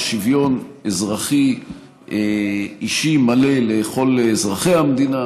יש שוויון אזרחי אישי מלא לכל אזרחי המדינה,